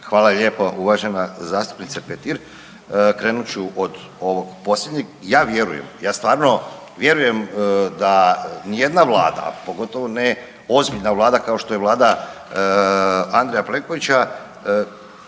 Hvala lijepo. Uvažena zastupnice Petir. Krenut ću od ovog posljednjeg, ja vjerujem ja stvarno vjerujem da nijedna vlada, a pogotovo ne ozbiljna vlada kao što je Vlada Andreja Plenkovića